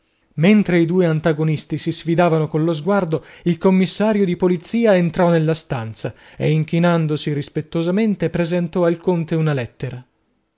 mentre i due antagonisti si sfidavano collo sguardo il commissario di polizia entrò nella stanza e inchinandosi rispettosamente presentò al conte una lettera